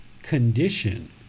condition